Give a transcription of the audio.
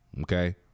okay